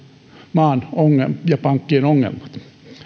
maan ja pankkien ongelmat